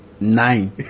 nine